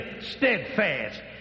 steadfast